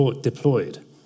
deployed